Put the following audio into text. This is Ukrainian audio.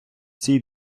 цій